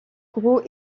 gros